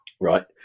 right